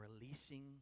releasing